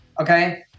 okay